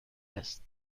است